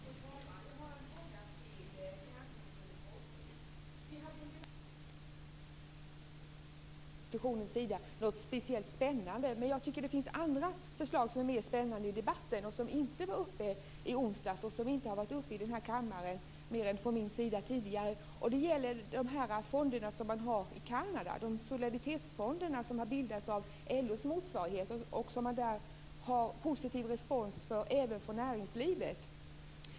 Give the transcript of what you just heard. Fru talman! Jag har en fråga till finansminister Åsbrink. Vi hade i onsdags här i kammaren en debatt om tillväxten som inte innehöll några förslag som var speciellt spännande. Jag tycker att det finns andra förslag som är mer spännande i debatten - förslag som inte var uppe i onsdags och som tidigare inte tagits upp i denna kammare mer än från min sida. Det gäller då de solidaritetsfonder i Kanada som har bildats av LO:s motsvarighet där. Det har blivit en positiv respons även från näringslivet.